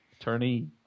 attorney